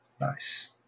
Nice